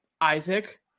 isaac